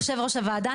יושב ראש הוועדה,